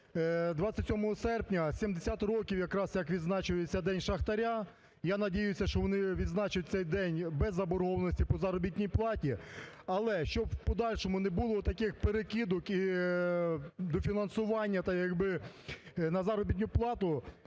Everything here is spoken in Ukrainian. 27 серпня 70 років якраз, як відзначається День шахтаря, я надіюся, що вони відзначать цей день без заборгованості по заробітній платі. Але, щоб в подальшому не було таких перекидок і дофінансування, як би, на заробітну плату,